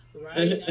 right